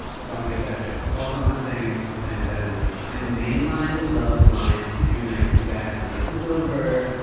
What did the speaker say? so i don't get that joke. also i'm not saying it to say i'm better than you. i mainlined love is blind in two nights, and, guys, when this is over,